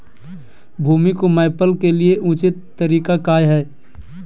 भूमि को मैपल के लिए ऊंचे तरीका काया है?